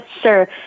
Sure